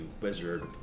wizard